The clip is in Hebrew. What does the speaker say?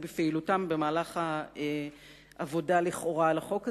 בפעילותם במהלך העבודה לכאורה על החוק הזה.